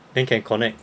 then can connect